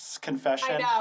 confession